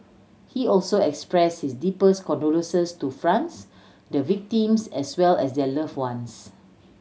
he also expressed his deepest condolences to France the victims as well as their loved ones